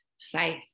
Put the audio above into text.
Faith